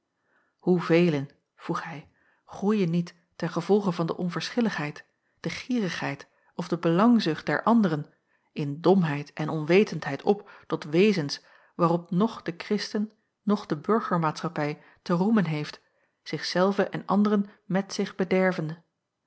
hoevelen vroeg hij groeien niet ten gevolge van de onverschilligheid de gierigheid of de belangzucht der anderen in domheid en onwetendheid op tot wezens waarop noch de kristen noch de burgermaatschappij te roemen heeft zich zelve en anderen met zich bedervende